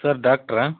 sir ಡಾಕ್ಟ್ರಾ